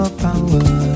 power